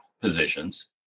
positions